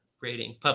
Rating